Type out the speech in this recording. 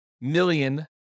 million